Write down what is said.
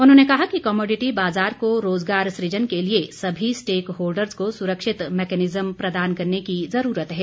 उन्होंने कहा कि कमोडिटी बाज़ार को रोज़गार सुजन के लिए सभी स्टेक होल्डर्स को सुरक्षित मैकेनिज्म प्रदान करने की जुरूरत है